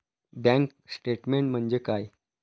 Bank statement म्हणजे काय?